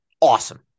Awesome